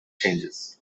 changes